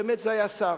באמת זה היה השר,